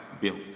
built